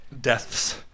Deaths